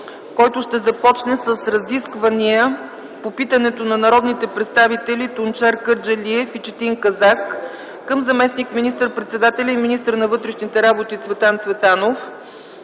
който ще започне с разисквания по питането на народните представители Тунчер Кърджалиев и Четин Казак към заместник министър-председателя и министър на вътрешните работи Цветан Цветанов